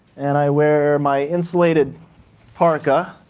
and i wear my insulated parka,